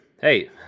hey